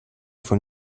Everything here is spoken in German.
von